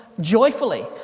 joyfully